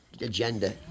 agenda